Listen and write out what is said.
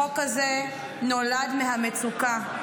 החוק הזה נולד מהמצוקה.